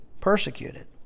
persecuted